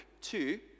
Two